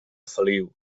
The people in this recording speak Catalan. feliu